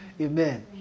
Amen